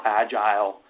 agile